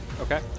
Okay